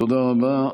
תודה רבה.